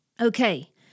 Okay